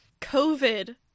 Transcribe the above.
COVID